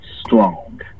strong